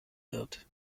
wird